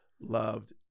loved